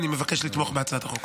אני מבקש לתמוך בהצעת החוק.